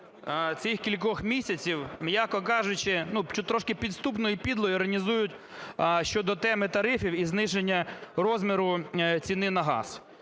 цих кількох місяців, м'яко кажучи, ну, чуть трошки підступно і підло іронізують щодо теми тарифів і зниження розміру ціни на газ.